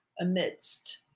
amidst